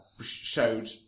showed